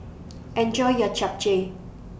Enjoy your Japchae